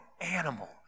animal